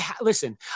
listen